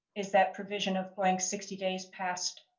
is that provision of blank sixty days past.